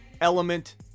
Element